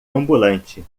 ambulante